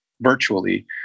virtually